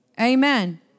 Amen